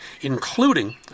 including